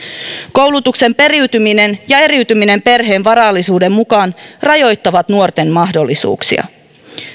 koulutuksen periytyminen ja eriytyminen perheen varallisuuden mukaan rajoittavat nuorten mahdollisuuksia